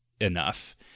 enough